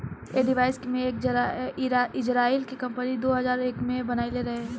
ऐ डिवाइस के एक इजराइल के कम्पनी दो हजार एक में बनाइले रहे